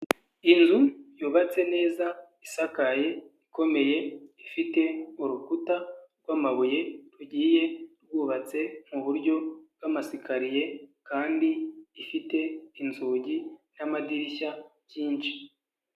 Inzu yubatse neza isakaye ikomeye ifite urukuta rw'amabuye rugiye rwubatse mu buryo bw'amasikariye, kandi ifite inzugi n'amadirishya byinshi.